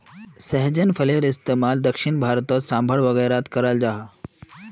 सहजन फलिर इस्तेमाल दक्षिण भारतोत साम्भर वागैरहत कराल जहा